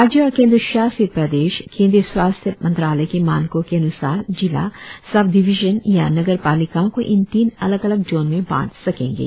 राज्य और केन्द्रशासित प्रदेश केंद्रीय स्वास्थ्य मंत्रालय के मानकों के अन्सार जिला सब डिवीजन या नगर पालिकाओं को इन तीन अलग अलग जोन में बांट सकेंगे